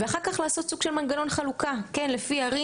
אחר כך לעשות סוג של מנגנון חלוקה לפי ערים